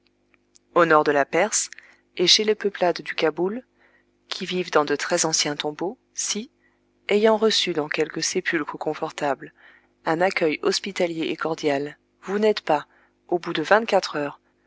au nord de la perse et chez les peuplades du caboul qui vivent dans de très anciens tombeaux si ayant reçu dans quelque sépulcre confortable un accueil hospitalier et cordial vous n'êtes pas au bout de vingt-quatre heures